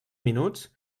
minuts